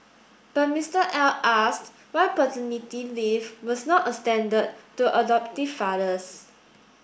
but Mister L asked why paternity leave was not extended to adoptive fathers